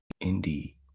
indeed